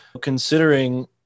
considering